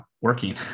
working